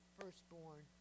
firstborn